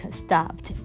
stopped